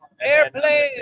Airplane